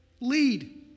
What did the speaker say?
Lead